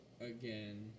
again